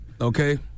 okay